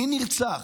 מי נרצח?